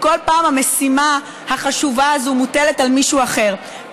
בכל פעם המשימה החשובה הזו מוטלת על מישהו אחר.